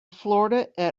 florida